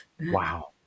Wow